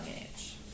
age